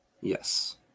Yes